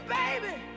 baby